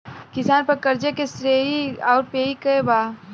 किसान पर क़र्ज़े के श्रेइ आउर पेई के बा?